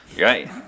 Right